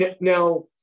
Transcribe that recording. Now